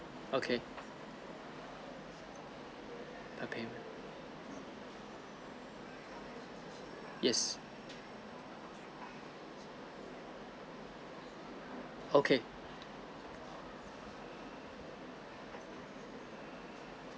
okay okay yes okay